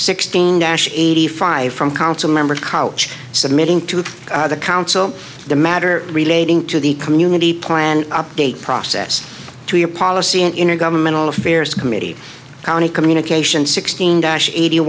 sixteen dash eighty five from council member college submitting to the council the matter relating to the community plan update process to your policy and intergovernmental affairs committee county communications sixteen dash eighty